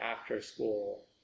after-school